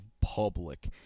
Public